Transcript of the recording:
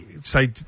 say